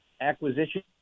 acquisition